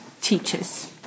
teaches